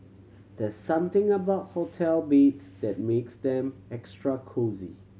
there something about hotel beds that makes them extra cosy